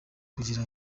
kugira